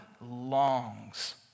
longs